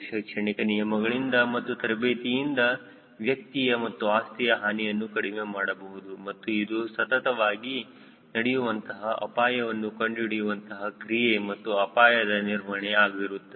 ಶೈಕ್ಷಣಿಕ ನಿಯಮಗಳಿಂದ ಮತ್ತು ತರಬೇತಿಯಿಂದ ವ್ಯಕ್ತಿಯ ಮತ್ತು ಆಸ್ತಿಯ ಹಾನಿಯನ್ನು ಕಡಿಮೆ ಮಾಡಬಹುದು ಮತ್ತು ಇದು ಸತತವಾಗಿ ನಡೆಯುವಂತಹ ಅಪಾಯವನ್ನು ಕಂಡು ಹಿಡಿಯುವಂತಹ ಕ್ರಿಯೆ ಮತ್ತು ಅಪಾಯದ ನಿರ್ವಹಣೆ ಆಗಿರುತ್ತದೆ